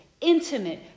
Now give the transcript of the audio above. intimate